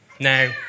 Now